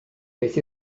beth